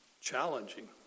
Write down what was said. challenging